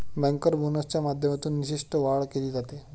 banker बोनसच्या माध्यमातून निष्ठेत वाढ केली जाते